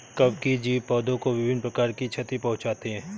कवकीय जीव पौधों को विभिन्न प्रकार की क्षति पहुँचाते हैं